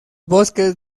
bosques